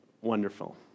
wonderful